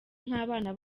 nk’abana